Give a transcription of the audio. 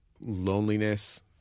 loneliness –